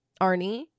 arnie